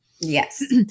Yes